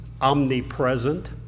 omnipresent